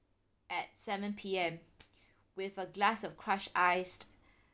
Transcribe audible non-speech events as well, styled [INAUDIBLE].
at seven P_M [NOISE] with a glass of crushed iced